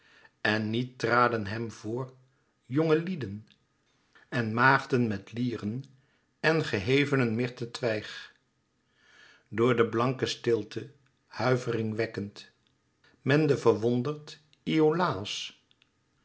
en niet traden hem voor jongelieden en maagden met lieren en gehevenen myrtentwijg door de blanke stilte huiverwekkend mende verwonderd iolàos